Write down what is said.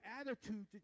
attitude